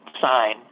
sign